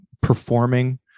performing